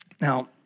Now